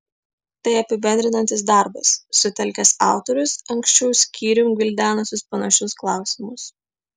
tai apibendrinantis darbas sutelkęs autorius anksčiau skyrium gvildenusius panašius klausimus